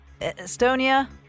Estonia